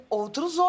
outros